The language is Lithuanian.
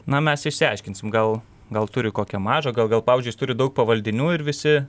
na mes išsiaiškinsim gal gal turi kokią mažą gal gal pavyzdžiui jis turi daug pavaldinių ir visi